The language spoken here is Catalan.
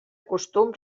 costum